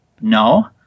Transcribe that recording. No